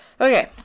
Okay